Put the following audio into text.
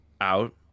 out